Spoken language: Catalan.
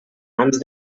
mans